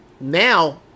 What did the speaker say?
Now